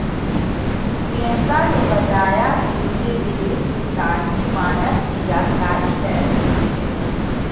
प्रियंका ने बताया कि उसे विलंबित भुगतान के मानक की जानकारी है